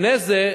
לפני זה,